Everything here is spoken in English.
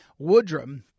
Woodrum